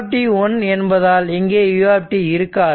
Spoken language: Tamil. u 1 என்பதால் இங்கே u இருக்காது